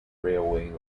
railway